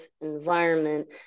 environment